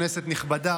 כנסת נכבדה,